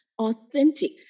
authentic